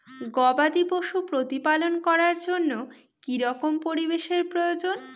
গবাদী পশু প্রতিপালন করার জন্য কি রকম পরিবেশের প্রয়োজন?